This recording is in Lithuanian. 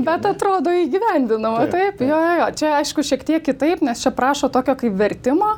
bet atrodo įgyvendinama taip jo jo jo čia aišku šiek tiek kitaip nes čia prašo tokio vertimo